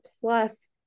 plus